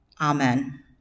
Amen